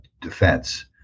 Defense